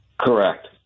Correct